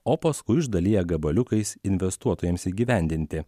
o paskui išdalija gabaliukais investuotojams įgyvendinti